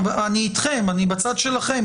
אני איתכם, אני בצד שלכם.